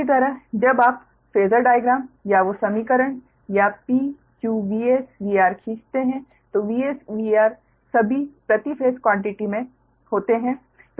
इसी तरह जब आप फेजर डाइग्राम या वो समीकरण या P Q VS VR खींचते हैं तो VS VR सभी प्रति फेस क्वान्टिटी में होते हैं